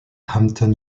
hampton